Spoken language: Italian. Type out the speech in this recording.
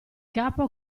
capo